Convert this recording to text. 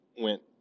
went